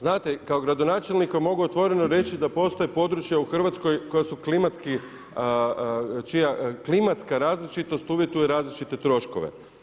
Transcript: Znate kao gradonačelnik vam mogu otvoreno reći da postoje područja u Hrvatskoj koja su klimatski, čija klimatska različitost uvjetuje različite troškove.